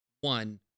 one